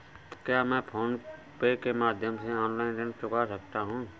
क्या मैं PhonePe के माध्यम से ऑनलाइन ऋण चुका सकता हूँ?